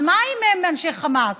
אז מה אם הם אנשי חמאס?